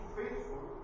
faithful